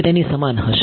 તે તેની સમાન હશે